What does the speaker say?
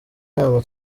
inama